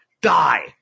die